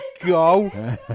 go